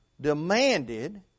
demanded